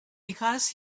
because